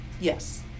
Yes